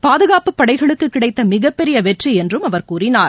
பாதுகாப்புப் படைகளுக்குக் கிடைத்த மிகப்பெரிய வெற்றி என்றும் அவர் கூறினார்